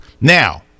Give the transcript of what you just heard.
Now